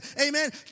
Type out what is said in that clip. amen